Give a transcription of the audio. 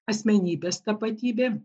asmenybės tapatybė